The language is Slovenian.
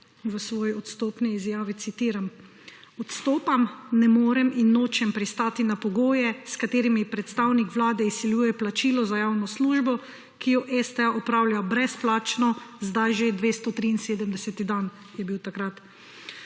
v svoji odstopni izjavi, citiram: »Odstopam, ne morem in noče pristati na pogoje s katerimi predstavnik vlade izsiljuje plačilo za javno službo, ki jo STA opravlja brezplačno sedaj že 273 dan,« je bil takrat,